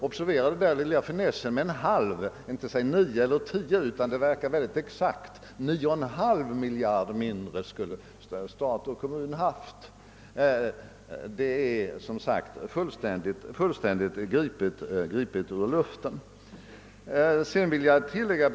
Observera den lilla finessen med en halv; han säger inte att stat och kommun skulle ha haft 9 eller 10 miljarder kronor mindre, utan just 9,5 miljarder, vilket verkar mycket exakt och pålitligt. Den siffran är likväl som sagt fullständigt gripen ur luften.